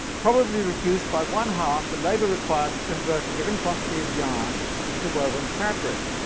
probably reduced by one half the labour required to convert a given quantity of yarn into woven fabric.